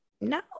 no